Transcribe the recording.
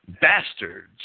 Bastards